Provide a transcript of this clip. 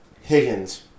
Higgins